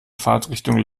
fahrtrichtung